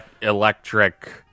Electric